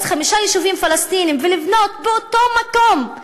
חמישה יישובים פלסטיניים ולבנות באותו מקום,